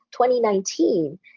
2019